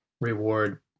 reward